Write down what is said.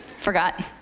forgot